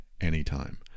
anytime